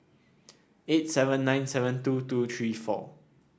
eight seven nine seven two two three four